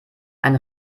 ein